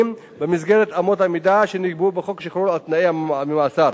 במסגרת אמות המידה שנקבעו בחוק שחרור על-תנאי ממאסר.